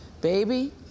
Baby